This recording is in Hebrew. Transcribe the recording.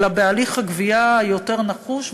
אלא בהליך גבייה יותר נחוש,